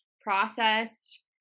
processed